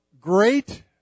great